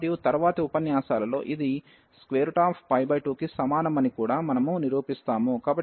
మరియు తరువాతి ఉపన్యాసాలలో ఇది 2 కి సమానమని కూడా మనము నిరూపిస్తాము